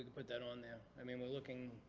but that on there. i mean we're looking,